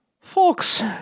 Folks